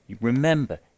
remember